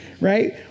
Right